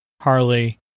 Harley